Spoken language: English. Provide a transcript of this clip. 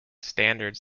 standards